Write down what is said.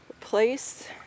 place